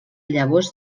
llavors